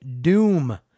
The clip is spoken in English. Doom